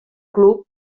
club